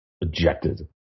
ejected